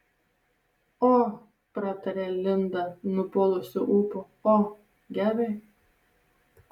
o pratarė linda nupuolusiu ūpu o gerai